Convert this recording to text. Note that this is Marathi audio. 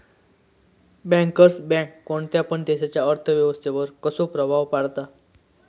बँकर्स बँक कोणत्या पण देशाच्या अर्थ व्यवस्थेवर कसो प्रभाव पाडता?